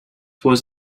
was